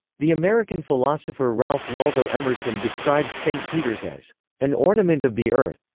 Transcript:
the american philosopher ralph waldo emerson described st. peter's as an ornament of the earth.